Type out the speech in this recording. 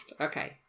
Okay